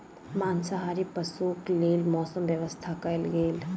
मांसाहारी पशुक लेल मौसक व्यवस्था कयल गेल